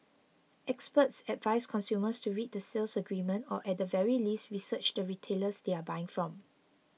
experts advise consumers to read the sales agreement or at the very least research the retailers they are buying from